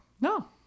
No